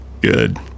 Good